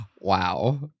Wow